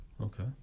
Okay